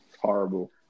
horrible